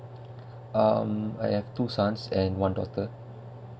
um I have two sons and one daughter